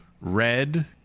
Red